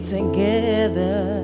Together